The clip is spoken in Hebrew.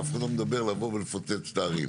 אף אחד לא אומר לבוא ולפוצץ את הערים.